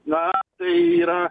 na tai yra